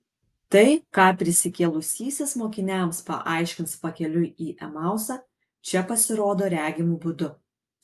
tai ką prisikėlusysis mokiniams paaiškins pakeliui į emausą čia pasirodo regimu būdu